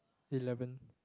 eleven